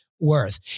worth